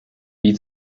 wie